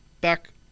back